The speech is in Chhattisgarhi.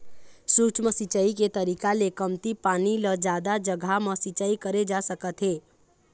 सूक्ष्म सिंचई के तरीका ले कमती पानी ल जादा जघा म सिंचई करे जा सकत हे